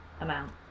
amount